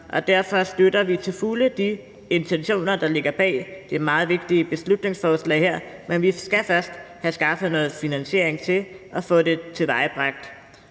Derfor støtter vi til fulde de intentioner, der ligger bag det meget vigtige beslutningsforslag her, men vi skal først have skaffet noget finansiering til at få det ført